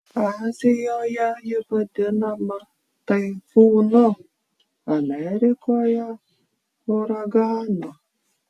azijoje ji vadinama taifūnu amerikoje uraganu